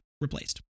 replaced